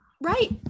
Right